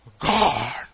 God